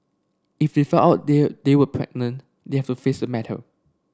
if they find out they they were pregnant they have to face the matter